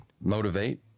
motivate